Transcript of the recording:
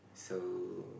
so